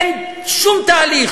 אין שום תהליך,